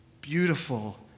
beautiful